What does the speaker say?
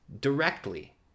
directly